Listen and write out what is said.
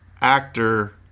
actor